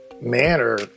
manner